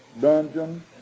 dungeon